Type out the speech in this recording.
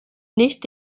nicht